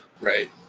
Right